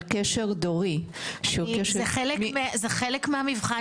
על קשר דורי שהוא קשר מ- -- זה חלק מהמבחן